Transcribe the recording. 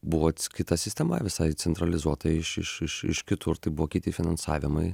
buvo kita sistema visai centralizuotai iš iš iš iš kitur tai buvo kiti finansavimai